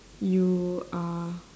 you are